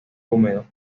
húmedo